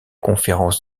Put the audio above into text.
conférence